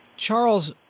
Charles